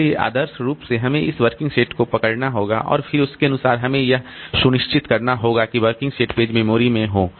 इसलिए आदर्श रूप से हमें इस वर्किंग सेट को पकड़ना होगा और फिर उसके अनुसार हमें यह सुनिश्चित करना होगा कि वर्किंग सेट पेज मेमोरी में हों